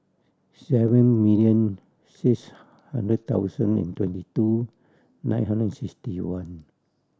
seven million six hundred thousand and twenty two nine hundred and sixty one